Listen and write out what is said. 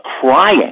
crying